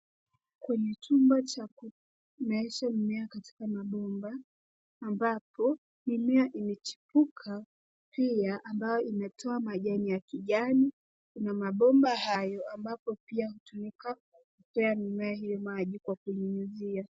Kwenye chumba cha kumeesha mimea katika mabomba ambapo mimea imechipuka , pia ambayo imetoa majani ya kijani na mabomba hayo ambapo pia hutumika kupea mimea hiyo maji kwa kunyunyuzia.